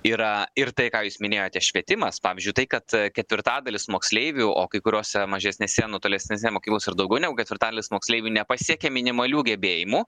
yra ir tai ką jūs minėjote švietimas pavyzdžiui tai kad ketvirtadalis moksleivių o kai kuriose mažesnėse nu tolesnėse mokyklose ir daugiau negu ketvirtadalis moksleivių nepasiekia minimalių gebėjimų